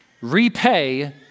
repay